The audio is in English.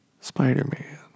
Spider-Man